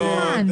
מה סדר הדוברים?